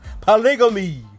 Polygamy